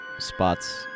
spots